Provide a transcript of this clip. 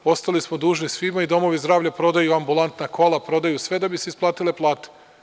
Ostali smo dužni svima i domovi zdravlja prodaju ambulantna kola, prodaju sve da bi se isplatile plate.